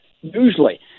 usually